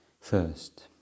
First